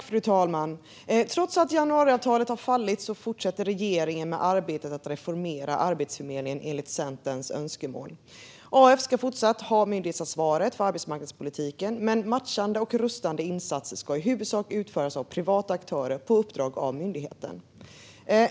Fru talman! Trots att januariavtalet har fallit fortsätter regeringen arbetet att reformera Arbetsförmedlingen enligt Centerns önskemål. AF ska fortsätta att ha myndighetsansvaret för arbetsmarknadspolitiken, men matchande och rustande insatser ska i huvudsak utföras av privata aktörer på uppdrag av myndigheten.